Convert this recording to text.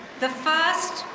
the first,